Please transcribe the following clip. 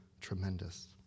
tremendous